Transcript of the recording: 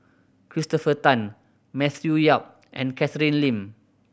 Christopher Tan Matthew Yap and Catherine Lim